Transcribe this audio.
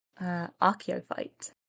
Archaeophyte